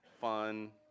fun